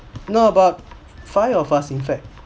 no about five of us in fact